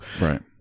Right